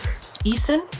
Eason